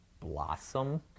blossom